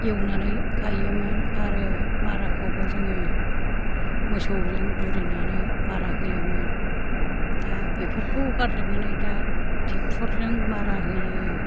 एवनानै गायोमोन आरो माराखौबो जोङो मोसौजों जुरिनानै मारा होयोमोन दा बेफोरखौ गारजोबनानै दा ट्रेकटर जों मारा होयो